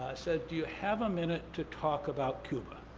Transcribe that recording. said, do you have a minute to talk about cuba?